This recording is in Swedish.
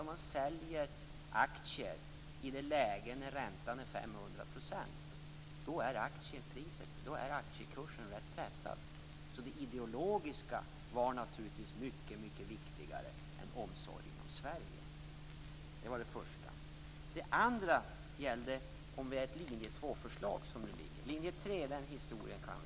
Om man säljer aktier i ett läge när räntan är 500 % är aktiekursen ganska pressad. Det ideologiska var naturligtvis mycket viktigare än omsorgen om Sedan gällde det om det är ett linje 2-förslag som nu ligger. Historien om linje 3 kan vi.